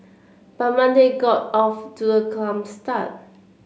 but Monday got off to a calm start